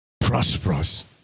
prosperous